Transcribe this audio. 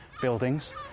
buildings